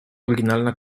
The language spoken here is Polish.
oryginalna